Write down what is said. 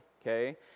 Okay